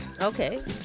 Okay